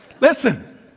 listen